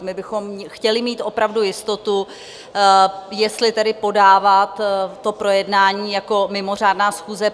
My bychom chtěli mít opravdu jistotu, jestli podávat to projednání na mimořádné schůzi.